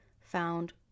found